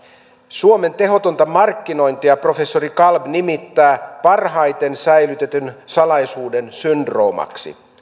suomen tehotonta markkinointia professori kalb nimittää parhaiten säilytetyn salaisuuden syndroomaksi